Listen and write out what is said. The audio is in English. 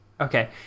Okay